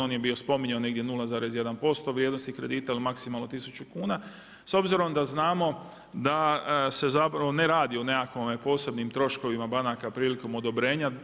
On je bio spominjao negdje 0,1% vrijednosti kredita ili maksimalno tisuću kuna s obzirom da znamo da se ne radi o nekakvim posebnim troškovima banaka prilikom odobrenja.